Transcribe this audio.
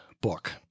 book